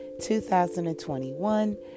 2021